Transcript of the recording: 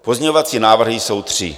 Pozměňovací návrhy jsou tři.